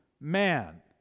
man